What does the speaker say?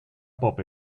pop